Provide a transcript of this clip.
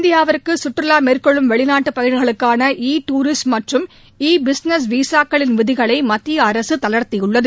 இந்தியாவிற்கு சுற்றுவா மேற்கொள்ளும் வெளிநாட்டுப் பயணிகளுக்கான இ டுரிஸ்ட் மற்றும் இ பிஸ்னஸ் விசாக்களின் விதிகளை மத்திய அரசு தளா்த்தியுள்ளது